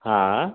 हा